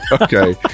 okay